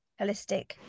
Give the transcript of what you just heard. holistic